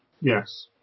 Yes